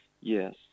Yes